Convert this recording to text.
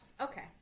Okay